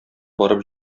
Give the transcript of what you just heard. барып